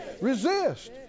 Resist